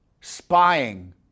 spying